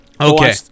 Okay